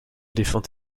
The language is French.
défend